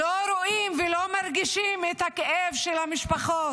לא רואים ולא מרגישים את הכאב של המשפחות,